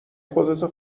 خودتو